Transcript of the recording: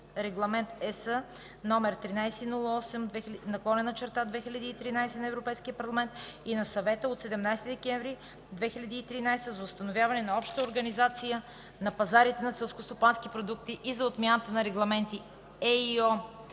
Регламент (ЕС) № 1308/2013 на Европейския парламент и на Съвета от 17 декември 2013 г. за установяване на обща организация на пазарите на селскостопански продукти и за отмяна на регламенти (ЕИО)